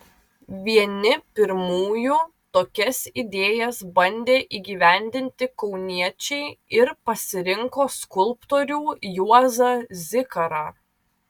vieni pirmųjų tokias idėjas bandė įgyvendinti kauniečiai ir pasirinko skulptorių juozą zikarą